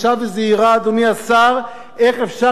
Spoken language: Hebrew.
איך אפשר ליישם חלקים אופרטיביים,